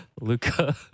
Luca